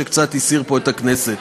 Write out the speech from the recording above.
שקצת הסעיר פה את הכנסת.